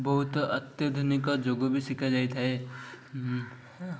ବହୁତ ଅତ୍ୟାଧୁନିକ ଯୋଗ ବି ଶିଖାଯାଇଥାଏ